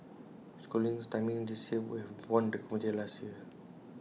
schooling's timing this year would have won the competition last year